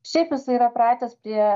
šiaip jisai yra pratęs prie